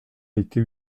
été